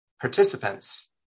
participants